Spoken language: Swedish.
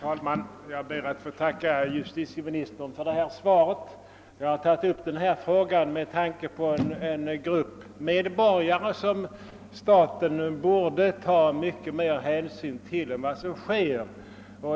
Herr talman! Jag ber att få tacka herr justitieministern för svaret. Jag har tagit upp denna fråga med tanke på en grupp medborgare som staten borde visa mycket mer hänsyn än vad som sker.